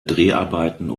dreharbeiten